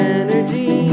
energy